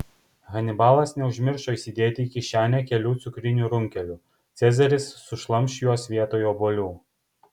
hanibalas neužmiršo įsidėti į kišenę kelių cukrinių runkelių cezaris sušlamš juos vietoj obuolių